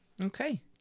Okay